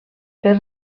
per